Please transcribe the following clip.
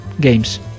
games